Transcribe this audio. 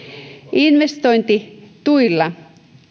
investointituilla